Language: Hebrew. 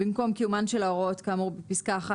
במקום "קיומן של הוראות כאמור בפסקה (1)"